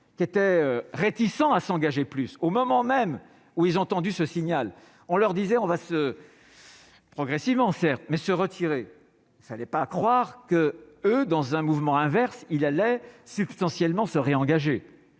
qui étaient réticents à s'engager plus au moment même où ils ont entendu ce signal, on leur disait : On Va Se progressivement certes mais se retirer, ça n'est pas à croire que, eux, dans un mouvement inverse il allait substantiellement se réengager,